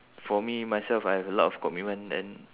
for me myself I have a lot of commitment then